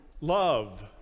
Love